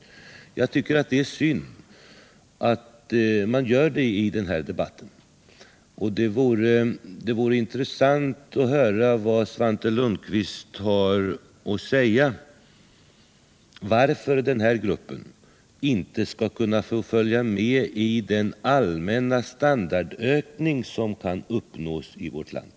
Jag tycker att det är synd att man gör detta. Det vore intressant att få veta av Svante Lundkvist varför den här gruppen inte skall få del av den allmänna standardökning som kan uppnås i vårt land.